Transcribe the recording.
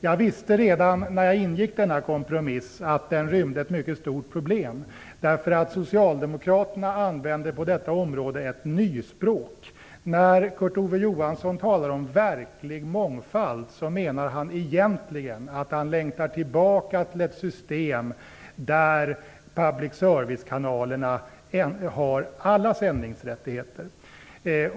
Jag visste redan när jag ingick denna kompromiss att den rymde ett mycket stort problem, eftersom Socialdemokraterna använder ett nyspråk på detta område. När Kurt Ove Johansson talar om verklig mångfald, menar han egentligen att han längtar tillbaka till ett system där public service-kanalerna har alla sändningsrättigheter.